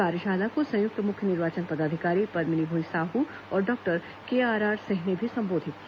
कार्यशाला को संयुक्त मुख्य निर्वाचन पदाधिकारी पद्मनी भोई साहू और डॉक्टर केआरआर सिंह ने भी संबोधित किया